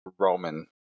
Roman